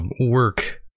work